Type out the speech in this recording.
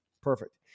Perfect